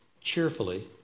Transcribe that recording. cheerfully